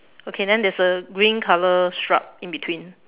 okay then there's a green colour shrub in between